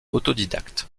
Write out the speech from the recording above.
autodidacte